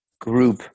group